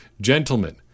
Gentlemen